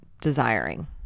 desiring